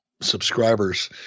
subscribers